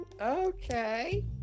okay